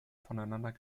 voneinander